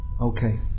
okay